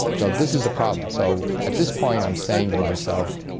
so this is a problem. so at this point i'm saying to myself